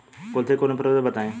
कुलथी के उन्नत प्रभेद बताई?